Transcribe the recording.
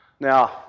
Now